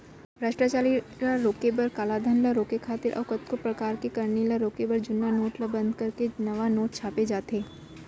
भस्टाचारी ल रोके बर, कालाधन ल रोके खातिर अउ कतको परकार के करनी ल रोके बर जुन्ना नोट ल बंद करके नवा नोट छापे जाथे